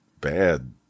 bad